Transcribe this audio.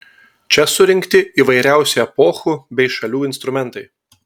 čia surinkti įvairiausių epochų bei šalių instrumentai